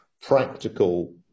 practical